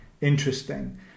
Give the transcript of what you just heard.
interesting